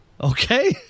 Okay